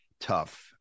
Tough